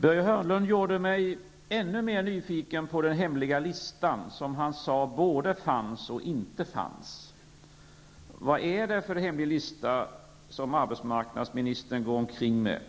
Börje Hörnlund gjorde mig ännu mera nyfiken på den hemliga lista som här är aktuell. Han sade både att den fanns och att den inte fanns. Vad är det för en hemlig lista som arbetsmarknadsministern går omkring med?